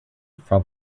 from